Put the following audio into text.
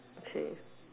okay